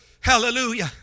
Hallelujah